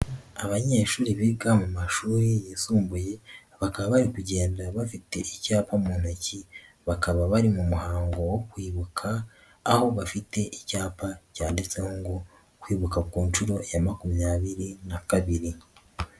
Abanyeshuri biga mu mashuri yisumbuye bakaba bari kugenda bafite icyapa mu ntoki, bakaba bari mu muhango wo kwibuka, aho bafite icyapa cyanditseho ngo kwibuka ku nshuro ya makumyabiri na kabiri.